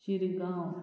Shirgaon